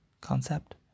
concept